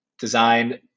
designed